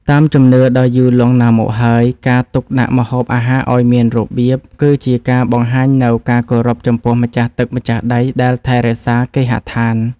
តាមជំនឿដ៏យូរលង់ណាស់មកហើយការទុកដាក់ម្ហូបអាហារឱ្យមានរបៀប គឺជាការបង្ហាញនូវការគោរពចំពោះម្ចាស់ទឹកម្ចាស់ដីដែលថែរក្សាគេហដ្ឋាន។